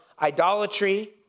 idolatry